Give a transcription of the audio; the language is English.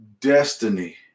destiny